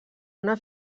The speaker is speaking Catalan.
una